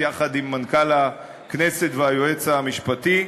יחד עם מנכ"ל הכנסת והיועץ המשפטי.